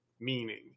meaning